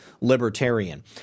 libertarian